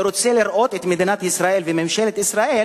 אני רוצה לראות את מדינת ישראל וממשלת ישראל,